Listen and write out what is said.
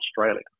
Australia